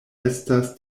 estas